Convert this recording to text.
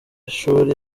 shuri